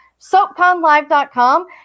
Soapconlive.com